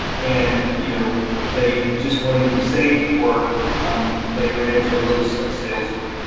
and you know they just wanted to be safe, or um they ran into a really slick salesman.